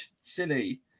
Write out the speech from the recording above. Silly